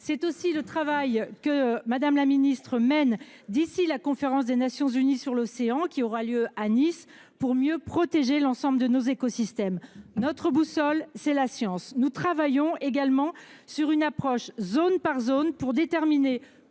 C’est aussi le travail que Mme la ministre mènera, d’ici à la conférence des Nations unies sur l’océan de Nice, pour mieux protéger l’ensemble de nos écosystèmes. Notre boussole, c’est la science. Nous travaillons également sur une approche zone par zone pour déterminer